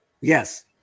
yes